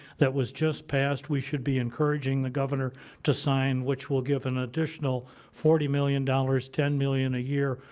that was just passed. we should be encouraging the governor to sign which will give an additional forty million million dollars, ten million a year,